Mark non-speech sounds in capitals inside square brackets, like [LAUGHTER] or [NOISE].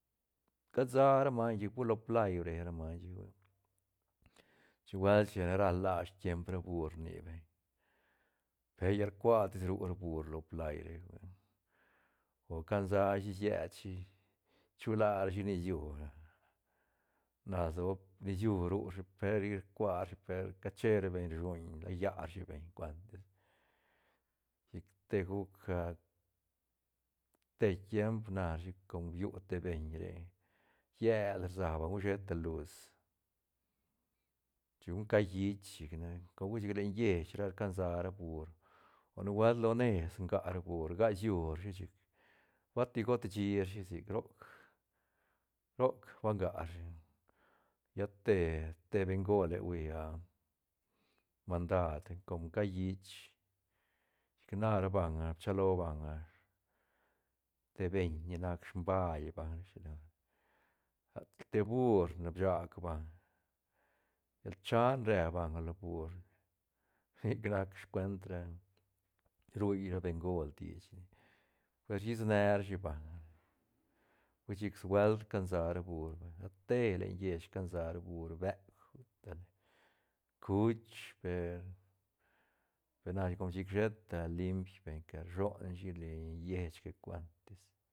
Cansa ra maiñ chic pur lo play bre ra maiñ chic hui, chic nubuelt chin ral la tiemp bur rni beñ per llal rcua biu ra bur lo play re hui o cansa shi sied shi chulashi nisua na lsoa nisiu ru ra shi per rcua rashi per cache ra beñ rshuñ leya rashi beñ cuantis chic te guc [HESITATION] te tiemp na rashi com biu te beñ re llel rsa banga hui sheta luz chic ru callich chic ne com hui chic len lleich ra cansa ra bur o nubuelt lones nga bur nga siura shi chic bati got shi rashi sic roc- roc ba nga rashi lla te- te bengole hui [HESITATION] mandad com callich chic na ra banga bchilo ra banga te beñ ni nac sbal banga ne shilo [UNINTELLIGIBLE] te bur ne bshac banga llal chan re banga lo bur sic nac cuent ra rui ra bengol dich pues rsis ne rashi banga hui chic suelt cansara bur vay rate len lleich cansa ra bur beuk utale cuch per na com chic sheta limp beñ que rshon shi len lleich que cuantis.